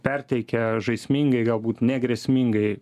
perteikia žaismingai galbūt negrėsmingai